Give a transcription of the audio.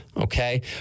Okay